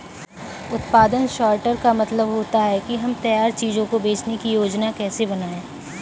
उत्पादन सॉर्टर का मतलब होता है कि हम तैयार चीजों को बेचने की योजनाएं कैसे बनाएं